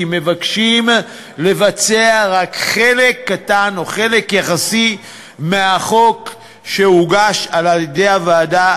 כי מבקשים לבצע רק חלק קטן או חלק יחסי מהחוק שהוגש על-ידי הוועדה,